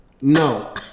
No